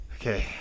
okay